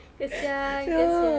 kasihan kasihan